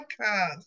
Podcast